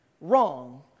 wrong